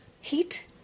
heat